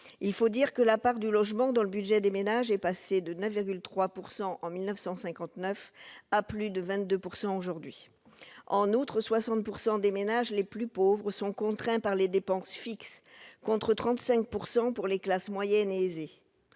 Il faut dire que la part du logement dans le budget des ménages est passée de 9,3 % en 1959 à plus de 22 % aujourd'hui. En outre, 60 % des ménages les plus pauvres sont contraints par les dépenses fixes, contre 35 % pour les classes moyennes et aisées.